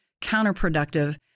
counterproductive